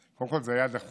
קודם כול זה היה דחוף,